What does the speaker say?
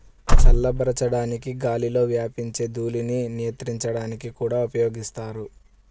చల్లబరచడానికి గాలిలో వ్యాపించే ధూళిని నియంత్రించడానికి కూడా ఉపయోగిస్తారు